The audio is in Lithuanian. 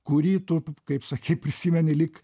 kurį tu kaip sakei prisimeni lyg